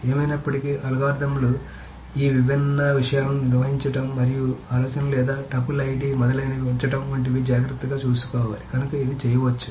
ఏమైనప్పటికీ అల్గోరిథంలు ఈ విభిన్న విషయాలను నిర్వహించడం మరియు ఆలోచన లేదా టపుల్ ఐడి మొదలైనవి ఉంచడం వంటివి జాగ్రత్తగా చూసుకోవాలి కనుక ఇది చేయవచ్చు